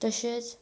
तशेंच